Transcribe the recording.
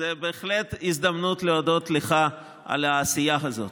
זו בהחלט הזדמנות להודות לך על העשייה הזאת.